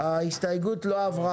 ההסתייגות לא התקבלה.